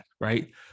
right